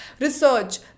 research